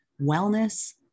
wellness